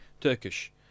Turkish